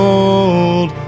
old